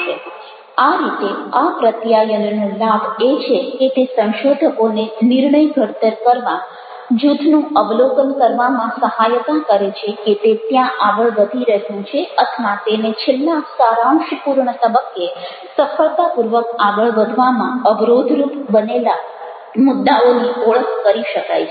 અને આ રીતે આ પ્રત્યાયનનો લાભ એ છે કે તે સંશોધકોને નિર્ણય ઘડતર કરવા જૂથનું અવલોકન કરવામાં સહાયતા કરે છે કે તે ત્યાં આગળ વધી રહ્યું છે અથવા તેને છેલ્લા સારાંશપૂર્ણ તબક્કે સફળતાપૂર્વક આગળ વધવામાં અવરોધરૂપ બનેલા મુદ્દાઓની ઓળખ કરી શકાય છે